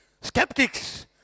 skeptics